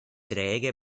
treege